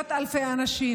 מאות אלפי אנשים?